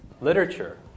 literature